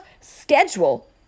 schedule